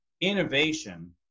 innovation